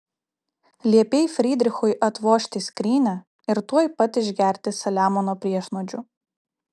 liepei frydrichui atvožti skrynią ir tuoj pat išgerti saliamono priešnuodžių